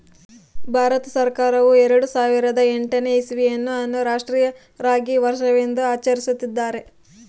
ಭಾರತ ಸರ್ಕಾರವು ಎರೆಡು ಸಾವಿರದ ಎಂಟನೇ ಇಸ್ವಿಯನ್ನು ಅನ್ನು ರಾಷ್ಟ್ರೀಯ ರಾಗಿ ವರ್ಷವೆಂದು ಆಚರಿಸುತ್ತಿದ್ದಾರೆ